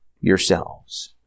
yourselves